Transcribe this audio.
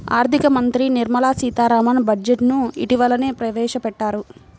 ఆర్ధిక మంత్రి నిర్మలా సీతారామన్ బడ్జెట్ ను ఇటీవలనే ప్రవేశపెట్టారు